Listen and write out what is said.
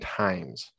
times